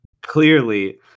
Clearly